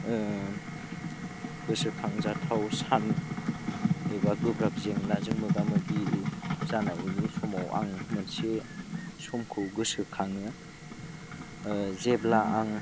गोसोखांजाथाव सान एबा गोब्राब जेंनाजों मोजा मोगि जानायनि समाव आं मोनसे समखौ गोसोखाङो जेब्ला आं